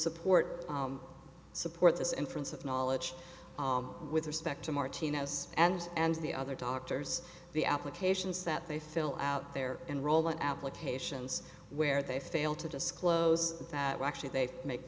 support support this inference of knowledge with respect to martinez and and the other doctors the applications that they fill out their enrollment applications where they fail to disclose that actually they make